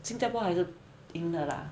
新加坡还是赢的啦